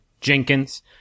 Jenkins